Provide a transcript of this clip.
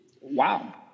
Wow